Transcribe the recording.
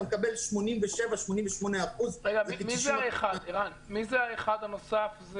אתה מקבל 88%. מי זה האחד הנוסף?